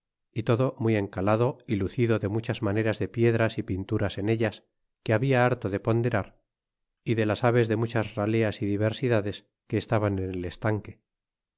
y todo muy encalado y lucido de muchas maneras de piedras y pinturas en ellas que habla harto que ponderar y de las aves de muchas raleas y diversidades que entraban en el estanque